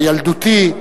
בילדותי,